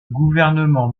gouvernement